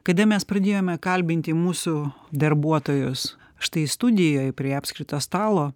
kada mes pradėjome kalbinti mūsų darbuotojus štai studijoj prie apskrito stalo